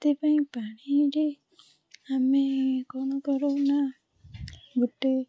ସେଥିପାଇଁ ପାଣିରେ ଆମେ କ'ଣ କରୁ ନା ଗୋଟେ